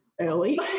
early